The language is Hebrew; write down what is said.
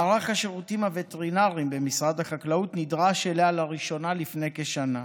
מערך השירותים הווטרינריים במשרד החקלאות נדרש אליה לראשונה לפני כשנה.